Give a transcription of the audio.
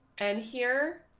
and here.